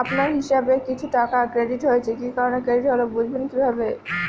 আপনার হিসাব এ কিছু টাকা ক্রেডিট হয়েছে কি কারণে ক্রেডিট হল বুঝবেন কিভাবে?